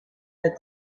that